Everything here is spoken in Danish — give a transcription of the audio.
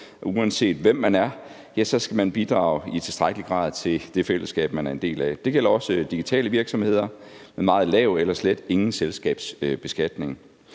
uanset hvem man er, skal man bidrage i tilstrækkelig grad til det fællesskab, man er en del af. Det gælder også digitale virksomheder med meget lav eller slet ingen selskabsbeskatning.